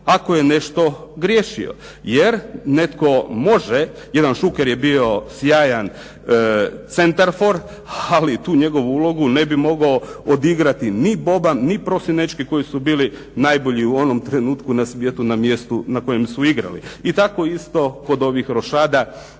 ako je nešto griješio. Jer netko može, jedan Šuker je bio sjajan centarfor, ali tu njegovu ulogu ne bi mogao odigrati ni Boban, ni Prosinečki koji su bili najbolji u onom trenutku na svijetu na mjestu na kojem su igrali. I tako isto kod ovih rošada,